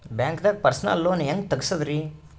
ಬ್ಯಾಂಕ್ದಾಗ personal loan ಹೆಂಗ್ ತಗ್ಸದ್ರಿ?